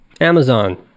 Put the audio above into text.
Amazon